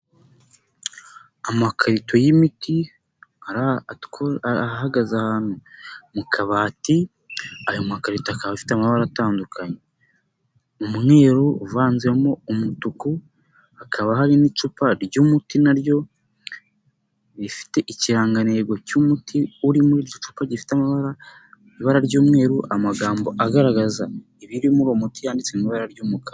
Amakarito y'imiti, ahahagaze ahantu mu kabati, ayo makarito akaba afite amabara atandukanye. Umweru uvanzemo umutuku, hakaba hari n'icupa ry'umuti naryo, rifite ikirangantego cy'umuti uri muri gicupa gifite amabara, ibara ry'umweru, amagambo agaragaza ibiri muri uwo muti yanditse mu ibara ry'umukara.